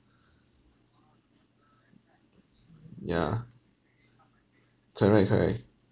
yeah correct correct